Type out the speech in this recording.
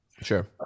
Sure